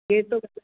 केर तो ॻाल्हाए